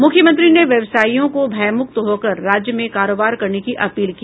मुख्यमंत्री ने व्यवसायियों को भयमुक्त होकर राज्य में कारोबार करने की अपील की